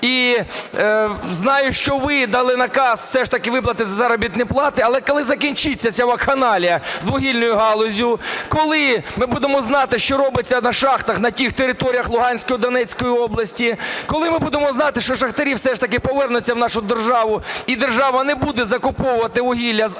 і знаю, що ви дали наказ все ж таки виплатити заробітні плати. Але коли закінчиться ця вакханалія з вугільною галуззю? Коли ми будемо знати, що робиться на шахтах, на тих територіях Луганської, Донецької області? Коли ми будемо знати, що шахтарі все ж таки повернуться в нашу державу, і держава не буде закуповувати вугілля з Африки,